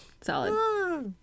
Solid